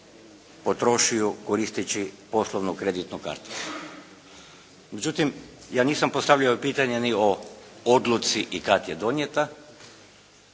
potrošio koristeći poslovno-kreditnu karticu. Međutim, ja nisam postavljao pitanje ni o odluci i kad je donijeta,